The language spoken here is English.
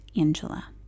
Angela